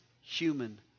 human